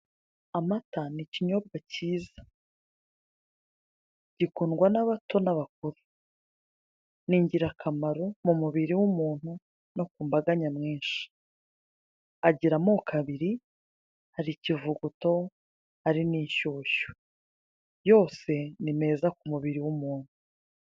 Amata ni ikinyobwa cyiza gikundwa n'abato n'abakuru ni ingirakamaro mu mubiri w'umuntu no ku mbaga nyamwinshi agira amako abiri hari ikvuguto hari n'inshyushyu yose ni meza ku mubiri w'umuntu.